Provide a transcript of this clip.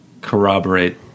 corroborate